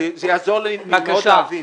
זה יעזור לי מאוד להבין.